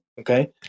Okay